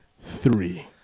three